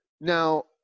Now